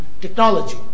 technology